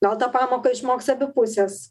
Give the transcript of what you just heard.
gal tą pamoką išmoks abi pusės